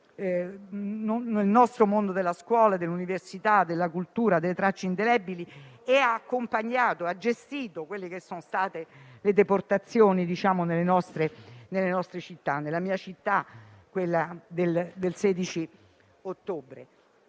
nel nostro mondo, in quello della scuola, dell'università, della cultura, delle tracce indelebili e ha accompagnato e gestito le deportazioni nelle nostre città: nella mia città, quella del 16 ottobre.